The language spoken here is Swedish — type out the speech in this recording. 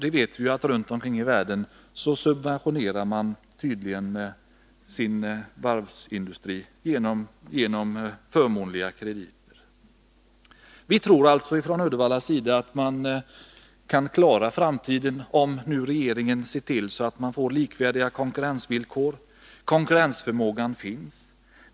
Vi vet att många länder i världen subventionerar sin varvsindustri genom förmånliga krediter. Vi tror alltså i Uddevalla att vi kan klara framtiden om regeringen ser till att vi får likvärdiga konkurrensvillkor. Konkurrensförmågan finns.